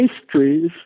pastries